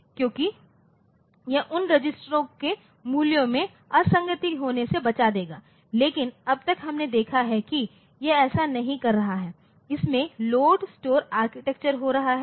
क्योंकि यह उन रजिस्टरों के मूल्यों में असंगति होने से बचा देगा लेकिन अब तक हमने देखा है कि यह ऐसा नहीं कर रहा है इसमें लोड स्टोर आर्किटेक्चर हो रहा है